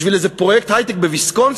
בשביל איזה פרויקט היי-טק בוויסקונסין?